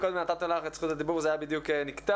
מקודם נתנו לך את זכות הדיבור וזה בדיוק נקטע.